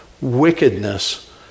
wickedness